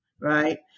right